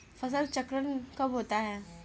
फसल चक्रण कब होता है?